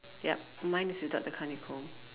yup mine is without the kind of comb